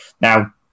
Now